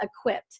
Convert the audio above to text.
equipped